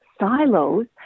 silos